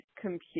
compute